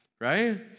right